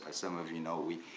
some of you know we,